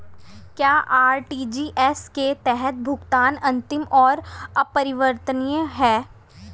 क्या आर.टी.जी.एस के तहत भुगतान अंतिम और अपरिवर्तनीय है?